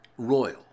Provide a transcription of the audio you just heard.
Royal